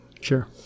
Sure